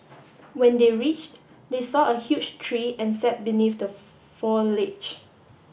when they reached they saw a huge tree and sat beneath the foliage